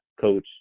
coach